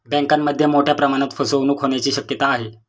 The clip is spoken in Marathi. बँकांमध्ये मोठ्या प्रमाणात फसवणूक होण्याची शक्यता आहे